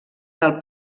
del